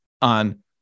on